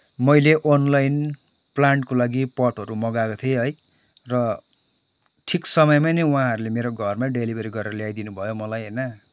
मैले अनलाइन प्लान्टको लागि पटहरू मगाएको थिएँ है र ठिक समयमा नै उहाँहरूले मेरो घरमै डेलिभरी गरेर ल्याइदिनुभयो मलाई होइन